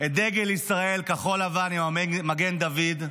את דגל ישראל כחול-לבן עם המגן דוד,